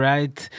Right